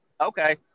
Okay